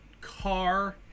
car